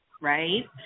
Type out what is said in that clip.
right